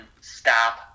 stop